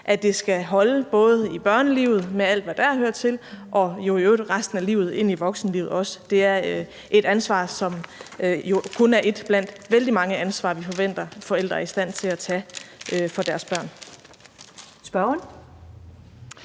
at det skal holde både i børnelivet med alt, hvad der hører til, og jo i øvrigt også resten af livet ind i voksenlivet. Det er et ansvar, som jo kun er et blandt vældig mange ansvar, vi forventer at forældre er i stand til at tage for deres børn.